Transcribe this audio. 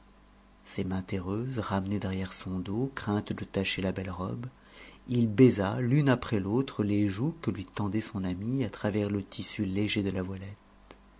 mains terreuses ramenées derrière son dos crainte de tacher la belle robe il baisa l'une après l'autre les joues que lui tendait son amie à travers le tissu léger de la voilette